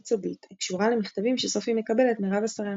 סודית" הקשורה למכתבים שסופי מקבלת מרב הסרן.